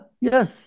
Yes